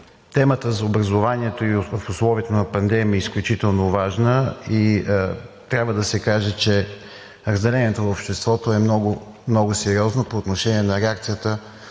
темата за образованието в условията на пандемия е изключително важна и трябва да се каже, че разделението в обществото е много сериозно по отношение на реакцията